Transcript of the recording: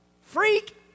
Freak